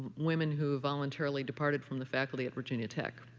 women who voluntarily departed from the faculty at virginia tech.